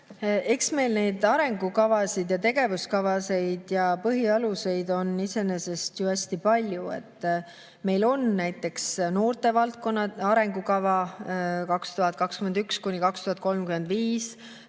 Eks meil neid arengukavasid ja tegevuskavasid ja põhialuseid ole ju hästi palju. Meil on näiteks noortevaldkonna arengukava aastateks